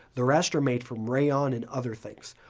the rest are made from rayon and other things.